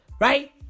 right